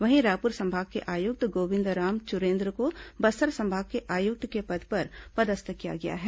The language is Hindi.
वहीं रायपुर संभाग के आयुक्त गोविंदराम चुरेन्द्र को बस्तर संभाग के आयुक्त के पद पर पदस्थ किया गया है